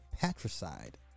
patricide